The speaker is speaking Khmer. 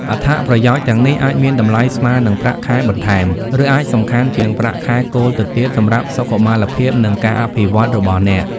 អត្ថប្រយោជន៍ទាំងនេះអាចមានតម្លៃស្មើនឹងប្រាក់ខែបន្ថែម ឬអាចសំខាន់ជាងប្រាក់ខែគោលទៅទៀតសម្រាប់សុខុមាលភាព និងការអភិវឌ្ឍរបស់អ្នក។